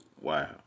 Wow